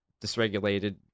dysregulated